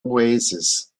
oasis